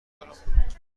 برام